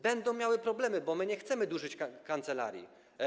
Będą miały problemy, bo my nie chcemy dużych kancelarii.